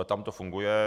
Tam to funguje.